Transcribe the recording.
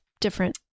different